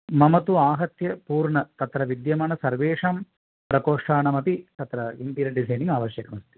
मम तु आहत्य पूर्ण तत्र विद्यमानसर्वेषां प्रकोष्ठानामपि तत्र इण्टीरियर् डिसैनिङ्ग् आवश्यकमस्ति